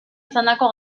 izandako